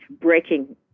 breaking